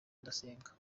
ndasenga